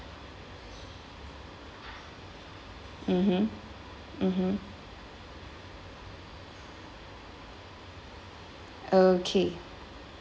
mmhmm mmhmm okay